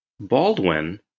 Baldwin